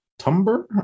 tumber